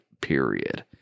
period